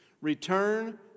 Return